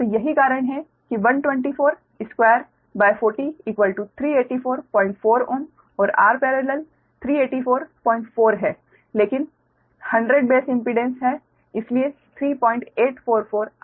तो यही कारण है कि 1242 40 3844 Ω और Rparallel 3844 है लेकिन 100 बेस इम्पीडेंस है इसलिए 3844 Rparallel प्रति यूनिट है